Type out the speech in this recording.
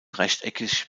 rechteckig